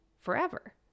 forever